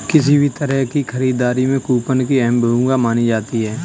किसी भी तरह की खरीददारी में कूपन की अहम भूमिका मानी जाती है